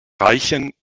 reichen